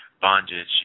bondage